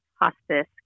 hospice